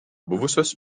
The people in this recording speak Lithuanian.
buvusios